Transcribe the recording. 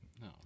No